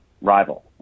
rival